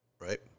right